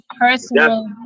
personal